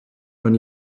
man